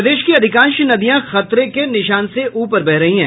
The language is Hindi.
प्रदेश की अधिकांश नदियां खतरे के निशान से ऊपर बह रही हैं